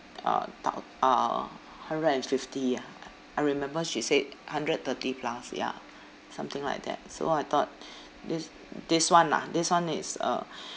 uh thou~ uh hundred and fifty ah I remember she said hundred thirty plus ya something like that so I thought this this [one] ah this [one] is uh